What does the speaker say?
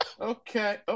okay